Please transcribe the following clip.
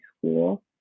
school